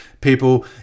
people